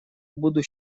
буду